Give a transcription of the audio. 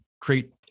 create